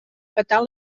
petar